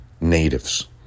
natives